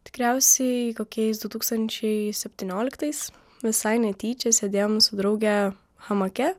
tikriausiai kokiais du tūkstančiai septynioliktais visai netyčia sėdėjom su drauge hamake